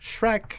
Shrek